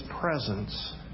presence